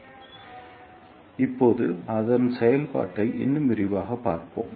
எனவே இப்போது அதன் செயல்பாட்டை இன்னும் விரிவாகப் பார்ப்போம்